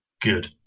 Good